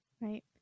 Right